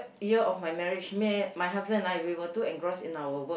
year of my marriage me and my husband and I we were too engrossed in our work